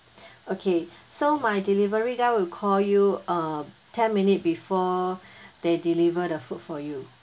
okay so my delivery guy will call you uh ten minute before they deliver the food for you